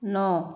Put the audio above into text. नौ